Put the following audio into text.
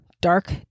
dark